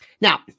Now